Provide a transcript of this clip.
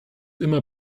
immer